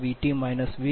4 j1